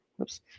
oops